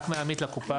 רק מהעמית לקופה.